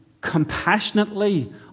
compassionately